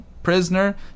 prisoner